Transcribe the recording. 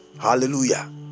Hallelujah